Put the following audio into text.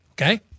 okay